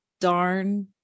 darn